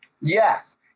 Yes